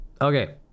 Okay